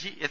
G S